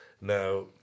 Now